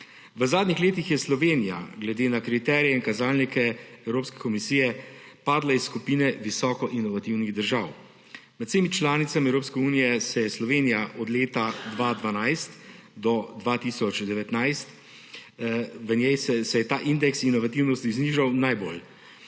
V zadnjih letih je Slovenija glede na kriterije in kazalnike Evropske komisije padla iz skupine visoko inovativnih držav. Med vsemi članicami Evropske unije se je v Sloveniji od leta 2012 do 2019 ta indeks inovativnosti znižal najbolj,